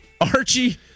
Archie